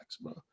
bro